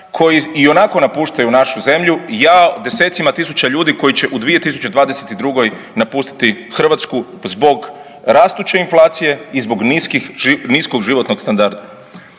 koji ionako napuštaju našu zemlju. Jao desecima tisuća ljudi koji će u 2022. napustiti Hrvatsku zbog rastuće inflacije i zbog niskog životnog standarda.